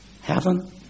Heaven